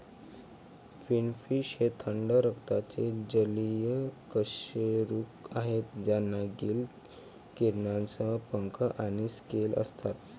finfish हे थंड रक्ताचे जलीय कशेरुक आहेत ज्यांना गिल किरणांसह पंख आणि स्केल असतात